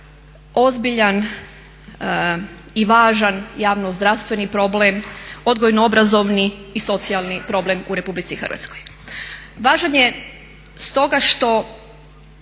ozbiljan i važan javnozdravstveni problem, odgojno obrazovni i socijalni problem u Republici Hrvatskoj. Važan je stoga što